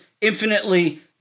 infinitely